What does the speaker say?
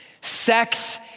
Sex